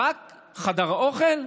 רק חדר האוכל,